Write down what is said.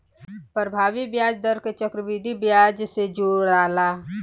प्रभावी ब्याज दर के चक्रविधि ब्याज से जोराला